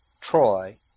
Troy